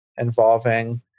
involving